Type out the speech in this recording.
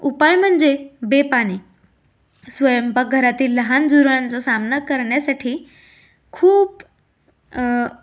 उपाय म्हणजे बेपाने स्वयंपाकघरातील लहान झुरळांचा सामना करण्यासाठी खूप